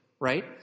Right